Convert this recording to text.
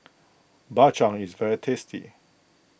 Bak Chang is very tasty